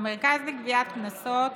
המרכז לגביית קנסות